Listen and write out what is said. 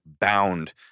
bound